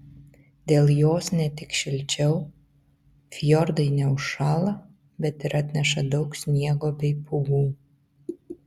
dėl jos ne tik šilčiau fjordai neužšąla bet ir atneša daug sniego bei pūgų